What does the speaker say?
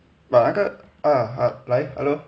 but 那个 ah ah 来 hello